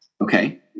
Okay